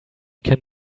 can